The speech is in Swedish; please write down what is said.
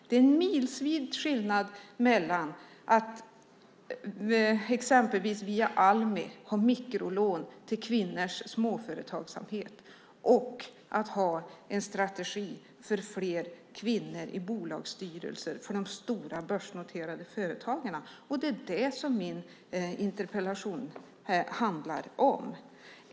Det är en milsvid skillnad mellan att exempelvis via Almi ha mikrolån till kvinnors småföretagsamhet och att ha en strategi för fler kvinnor i bolagsstyrelser för de stora börsnoterade företagen. Det är det som min interpellation handlar om.